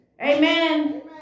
Amen